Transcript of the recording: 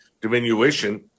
diminution